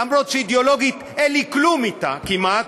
למרות שאידיאולוגית אין לי כלום אתה כמעט,